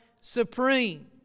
supreme